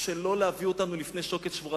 שלא להביא אותנו לפני שוקת שבורה.